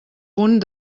punt